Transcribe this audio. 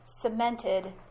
cemented